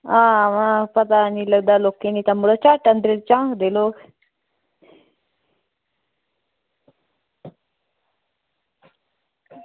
आं पता मिगी लोकें दा झट्ट अंदरै गी झांकदे लोग